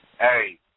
Hey